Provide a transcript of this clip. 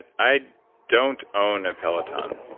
i don't own a peloton,